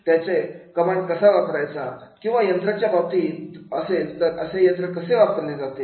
त्याच्या कमांड कसा वापरायचा किंवा यंत्रांच्या बाबतीत असेल तर असे यंत्र कसे वापरले जाते